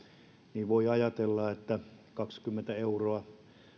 niin voi ajatella että kaksikymmentä euroa